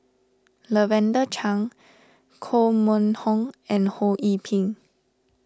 Lavender Chang Koh Mun Hong and Ho Yee Ping